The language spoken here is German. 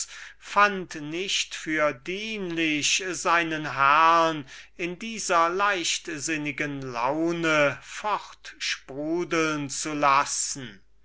fand nicht für gut seinen herrn in dieser leichtsinnigen laune fortsprudeln zu lassen